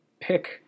pick